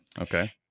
Okay